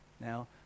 now